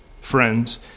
friends